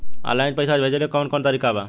Online पइसा भेजेला कवन कवन तरीका बा?